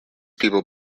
people